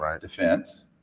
defense